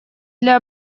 для